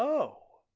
oh!